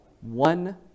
one